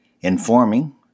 informing